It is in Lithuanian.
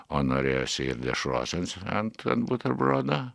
o norėjosi ir dešros ant buterbrodo